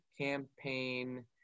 campaign